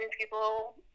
people